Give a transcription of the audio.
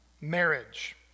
marriage